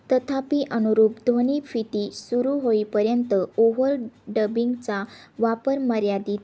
तथापि अनुरूप ध्वनी फिती सुरू होईपर्यंत ओव्हर डबिंगचा वापर मर्यादित